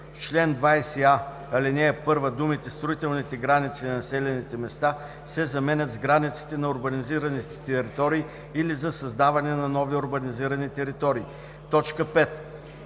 чл. 20а, ал. 1 думите „строителните граници на населените места“ се заменят с „границите на урбанизираните територии или за създаване на нови урбанизирани територии“. 5.